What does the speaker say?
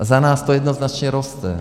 A za nás to jednoznačně roste.